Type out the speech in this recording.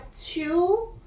two